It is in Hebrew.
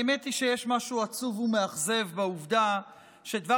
האמת היא שיש משהו עצוב ומאכזב בעובדה שדבר